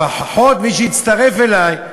לפחות מי שיצטרף אלי,